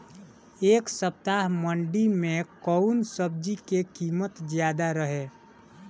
एह सप्ताह मंडी में कउन सब्जी के कीमत ज्यादा रहे?